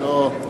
שלא,